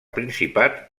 principat